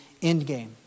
Endgame